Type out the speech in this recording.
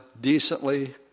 decently